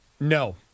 No